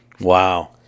Wow